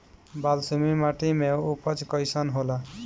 बालसुमी माटी मे उपज कईसन होला?